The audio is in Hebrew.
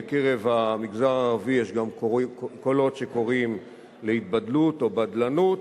בקרב המגזר הערבי יש גם קולות שקוראים להתבדלות או בדלנות,